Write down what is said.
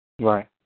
Right